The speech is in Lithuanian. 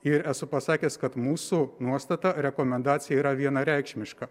ir esu pasakęs kad mūsų nuostata rekomendacija yra vienareikšmiška